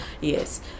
yes